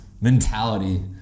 mentality